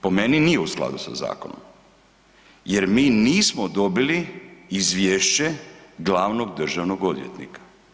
Po meni nije u skladu sa zakonom jer mi nismo dobili izvješće glavnog državnog odvjetnika.